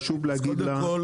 קודם כל,